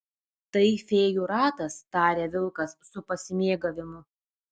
tai fėjų ratas taria vilkas su pasimėgavimu